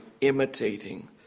imitating